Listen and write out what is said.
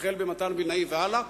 ממתן וילנאי והלאה,